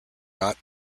not